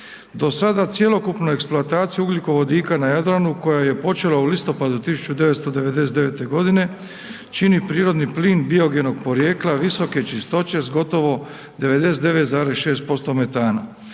Do sada cjelokupnu eksploataciju ugljikovodika na Jadranu koja je počela u listopadu 1999.g. čini prirodni plin biogenog porijekla visoke čistoće s gotovo 99,6% metana,